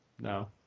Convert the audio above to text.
No